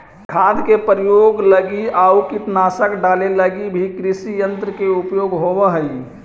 खाद के प्रयोग लगी आउ कीटनाशक डाले लगी भी कृषियन्त्र के उपयोग होवऽ हई